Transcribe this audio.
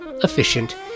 efficient